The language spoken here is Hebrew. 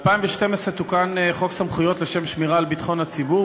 לקריאה שנייה ושלישית,